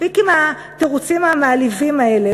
מספיק עם התירוצים המעליבים האלה.